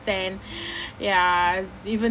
then ya even